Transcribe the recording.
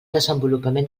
desenvolupament